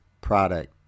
product